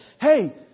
Hey